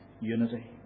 unity